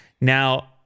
Now